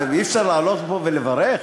אי-אפשר לעלות לפה ולברך?